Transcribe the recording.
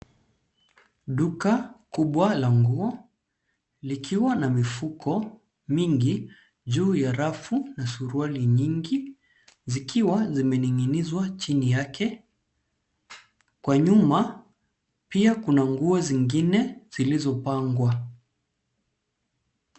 Duka kubwa la nguo likiwa na mifuko mingi juu ya rafu na suruali nyingi zikiwa zimening'inizwa chini yake. Kwa nyuma pia kuna nguo zingine zilizopangwa.